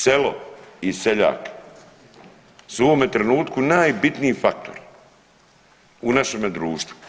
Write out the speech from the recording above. Selo i seljak su u ovome trenutku najbitniji faktor u našeme društvu.